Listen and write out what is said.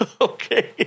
Okay